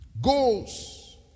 goals